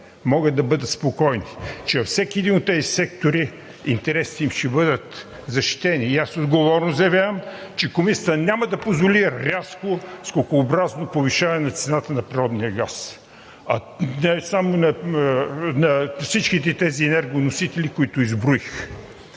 могат да бъдат спокойни, че във всеки един от тези сектори интересите им ще бъдат защитени. Отговорно заявявам, че Комисията няма да позволи рязко, скокообразно повишаване на цената на природния газ на всичките тези енергоносители, които изброих.